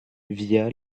via